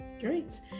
Great